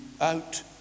out